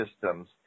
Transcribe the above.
systems